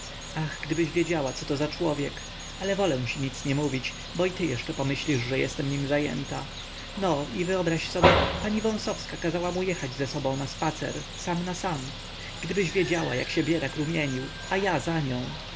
ach gdybyś wiedziała coto za człowiek ale wolę ci nic nie mówić bo i ty jeszcze pomyślisz że jestem nim zajęta no i wyobraź sobie pani wąsowska kazała mu jechać ze sobą na spacer samnasam gdybyś wiedziała jak się biedak rumienił a ja za nią